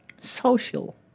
social